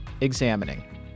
examining